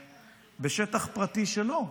בשטח פרטי שלו הוא